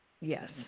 Yes